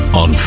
on